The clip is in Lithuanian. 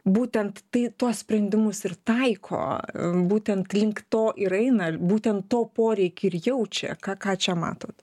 būtent tai tuos sprendimus ir taiko būtent link to ir eina būtent to poreikį ir jaučia ką ką čia matot